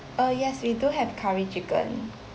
uh yes we do have curry chicken